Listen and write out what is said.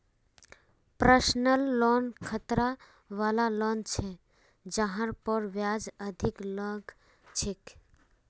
personal loan खतरा वला loan छ जहार पर ब्याज अधिक लग छेक